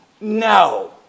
No